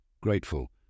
Grateful